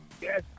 Yes